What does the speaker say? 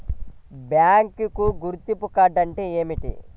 Bank గుర్తింపు card అంటే ఏమిటి?